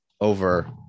over